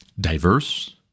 diverse